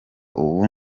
ubu